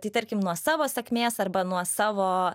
tai tarkim nuo savo sakmės arba nuo savo